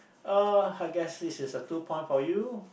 uh I guess this is a two point for you